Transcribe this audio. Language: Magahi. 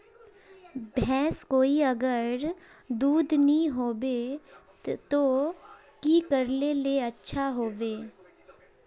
भैंस कोई अगर दूध नि होबे तो की करले ले अच्छा होवे?